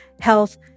health